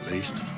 least.